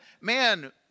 man